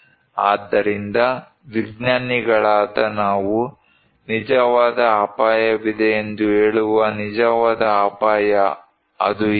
ಆದ್ದರಿಂದ ವಿಜ್ಞಾನಿಗಳಾದ ನಾವು ನಿಜವಾದ ಅಪಾಯವಿದೆ ಎಂದು ಹೇಳುವ ನಿಜವಾದ ಅಪಾಯ ಅದು ಏನು